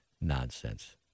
nonsense